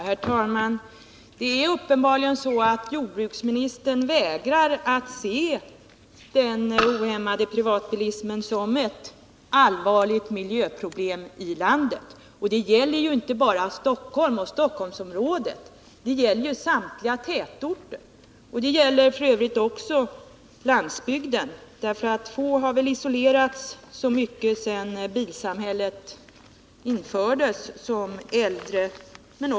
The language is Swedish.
Herr talman! Det är uppenbarligen så att jordbruksministern vägrar att se den ohämmade privatbilismen som ett allvarligt miljöproblem i landet. Detta gäller inte bara Stockholm och Stockholmsområdet, utan samtliga tätorter, och det gäller f. ö. också landsbygden. Få grupper har väl sedan bilsamhället infördes isolerats så mycket som äldre människor.